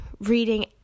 reading